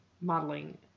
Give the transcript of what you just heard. modeling